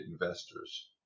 investors